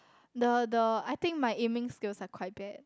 the the I think my aiming skills are quite bad